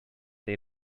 they